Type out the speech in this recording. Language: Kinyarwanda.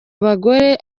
abagore